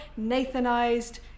Nathanized